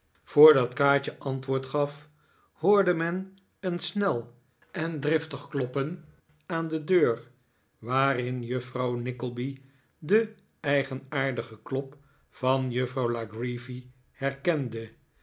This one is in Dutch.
voordat kaatje antwoord gaf hoorde men een snel en driftig kloppen aan de deur waarin juffrouw nickleby den eigenaardigen klop van juffrouw la creevy herkende